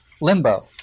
limbo